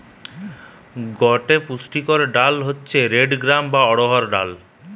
গটে পুষ্টিকর ডাল হতিছে রেড গ্রাম বা অড়হর ডাল